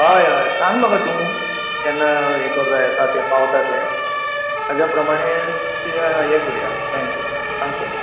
हय हय सांग म्हाका तूं केन्ना हें करता येतां तें पावतां तें तेज्या प्रमाणे हें करूयां प्लेन करूयां सांगता तुका